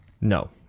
No